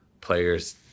players